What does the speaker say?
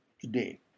today